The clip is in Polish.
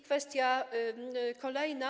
Kwestia kolejna.